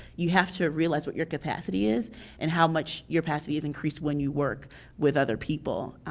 you have to realize what your capacity is and how much your capacity is increased when you work with other people,